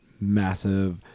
massive